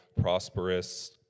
prosperous